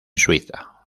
suiza